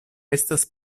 estas